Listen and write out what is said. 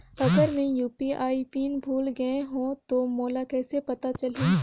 अगर मैं UPI PIN भुल गये हो तो मोला कइसे पता चलही?